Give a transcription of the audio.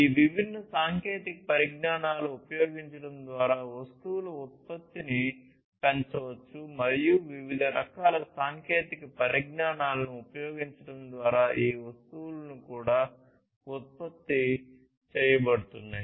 ఈ విభిన్న సాంకేతిక పరిజ్ఞానాలు ఉపయోగించడం ద్వారా వస్తువుల ఉత్పత్తిని పెంచవచ్చు మరియు వివిధ రకాల సాంకేతిక పరిజ్ఞానాలను ఉపయోగించడం ద్వారా ఈ వస్తువులు కూడా ఉత్పత్తి చేయబడుతున్నాయి